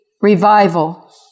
revival